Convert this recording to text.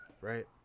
Right